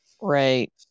right